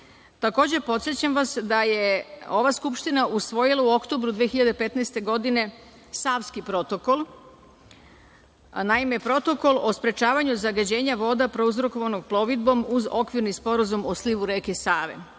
podsećam vas da je ova Skupština usvojila u oktobru 2015. godine Savski protokol. Naime, protokol o sprečavanju zagađenja voda prouzrokovanog plovidbom uz okvirni sporazum o slivu reke Save.